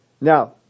Now